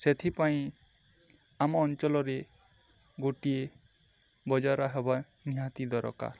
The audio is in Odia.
ସେଥିପାଇଁ ଆମ ଅଞ୍ଚଳରେ ଗୋଟିଏ ବଜାର ହେବା ନିହାତି ଦରକାର